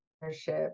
partnership